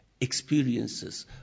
experiences